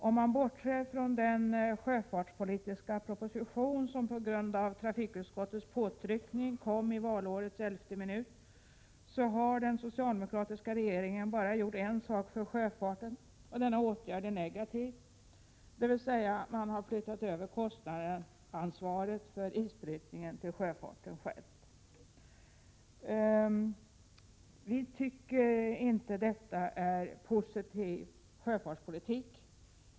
Om man bortser från den sjöfartspolitiska proposition som på grund av trafikutskottets påtryckning kom i valårets elfte minut har den socialdemokratiska regeringen bara gjort en sak för sjöfarten, och denna åtgärd är negativ. Man har flyttat över kostnadsansvaret för isbrytningen till sjöfarten själv. Vi tycker inte att detta är en positiv sjöfartspolitik.